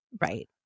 right